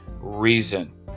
reason